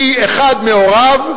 כי אחד מהוריו,